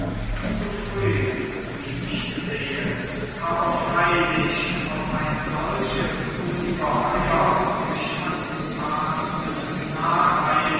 zu früh wie ich sehe aber freylich auf ein solches ungeheuer der